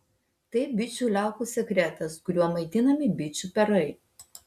tai bičių liaukų sekretas kuriuo maitinami bičių perai